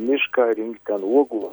mišką rinkt ten uogų